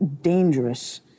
dangerous